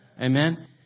Amen